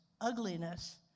ugliness